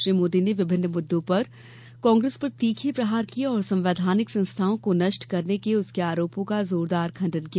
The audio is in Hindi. श्री मोदी ने विभिन्न मुद्दों को लेकर कांग्रेस पर तीखे प्रहार किए और संवैधानिक संस्थाओं को नष्ट करने के उसके आरोपों का जोरदार खंडन किया